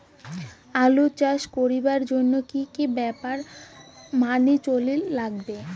আলু চাষ করিবার জইন্যে কি কি ব্যাপার মানি চলির লাগবে?